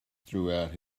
throughout